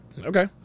Okay